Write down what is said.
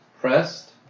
pressed